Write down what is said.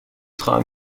خواهم